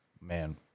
man